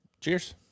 Cheers